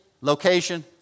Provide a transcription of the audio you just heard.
location